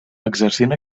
exercint